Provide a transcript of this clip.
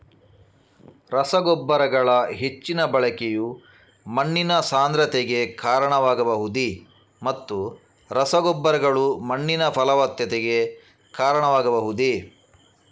ರಸಗೊಬ್ಬರಗಳ ಹೆಚ್ಚಿನ ಬಳಕೆಯು ಮಣ್ಣಿನ ಸಾಂದ್ರತೆಗೆ ಕಾರಣವಾಗಬಹುದೇ ಮತ್ತು ರಸಗೊಬ್ಬರಗಳು ಮಣ್ಣಿನ ಫಲವತ್ತತೆಗೆ ಕಾರಣವಾಗಬಹುದೇ?